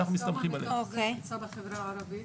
מה המצב בחברה הערבית?